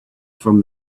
from